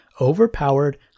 overpowered